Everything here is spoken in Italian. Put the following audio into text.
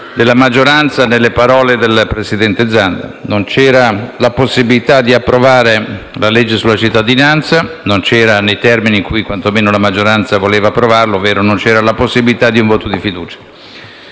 della maggioranza nelle parole del presidente Zanda: non c'era la possibilità di approvare il disegno di legge in materia di cittadinanza. Non c'era nei termini in cui quantomeno la maggioranza voleva approvarlo, ovvero non c'era la possibilità del voto di fiducia.